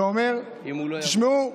ואמר: שמעו,